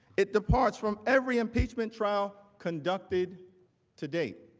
it departs from every impeachment trial conducted to date.